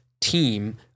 team